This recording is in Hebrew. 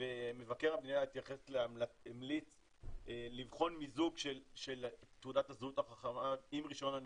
ומבקר המדינה המליץ לבחון מיזוג של תעודת הזהות החכמה עם רישיון הנהיגה.